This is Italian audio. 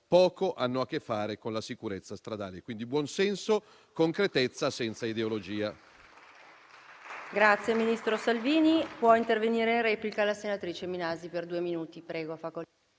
poco hanno a che fare con la sicurezza stradale. Quindi buon senso e concretezza senza ideologia.